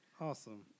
Awesome